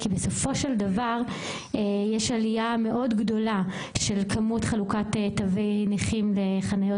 כי בסופו של דבר יש עלייה מאוד גדולה של כמות חלוקת תווי נכים לחניות